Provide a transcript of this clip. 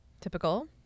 Typical